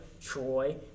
Troy